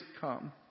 come